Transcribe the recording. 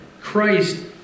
Christ